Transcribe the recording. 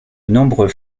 nombreux